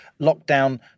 lockdown